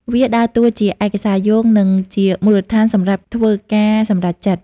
វាដើរតួជាឯកសារយោង និងជាមូលដ្ឋានសម្រាប់ធ្វើការសម្រេចចិត្ត។